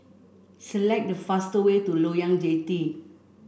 select the fastest way to Loyang Jetty